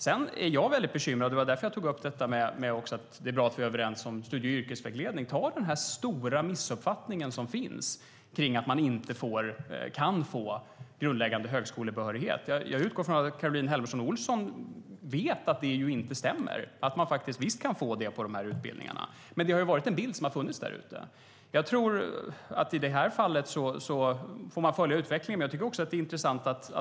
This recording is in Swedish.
Som jag sade är det bra att vi är överens om studie och yrkesvägledningen. Se bara på den stora missuppfattningen att man inte kan få grundläggande högskolebehörighet. Jag utgår från att Caroline Helmersson Olsson vet att det inte stämmer utan att man visst kan få det på dessa utbildningar. Men det har varit en bild som har funnits där ute. I detta fall får man följa utvecklingen.